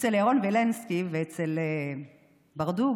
אצל ירון וילנסקי ואצל ברדוגו,